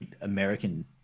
American